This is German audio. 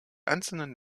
einzelnen